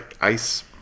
ice